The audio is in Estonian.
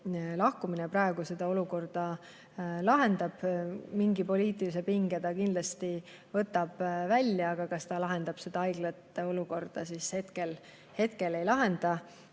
lahkumine praegu selle olukorra lahendab? Mingi poliitilise pinge ta kindlasti võtab maha, aga kas see lahendab haiglate olukorra? Hetkel ei lahenda.